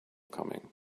coming